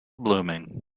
blooming